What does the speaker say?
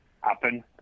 happen